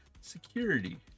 security